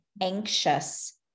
anxious